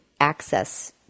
access